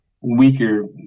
weaker